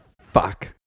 fuck